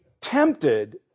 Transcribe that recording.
tempted